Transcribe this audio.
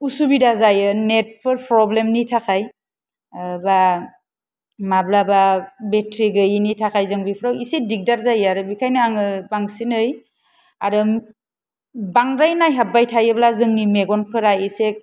उसुबिदा जायो नेटफोर प्रब्लेमनि थाखाय बा माब्लाबा बेटरि गैयिनि थाखाय जों बेखौ एसे दिगदार जायो बेखायनो आङो बांसिनै आरो बांद्राय नायहाबबाय थायोब्ला जोंनि मेगनफोरा एसे